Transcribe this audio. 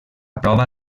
prova